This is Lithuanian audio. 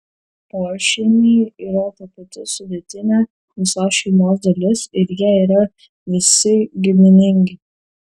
pošeimiai yra ta pati sudėtinė visos šeimos dalis ir jie yra visi giminingi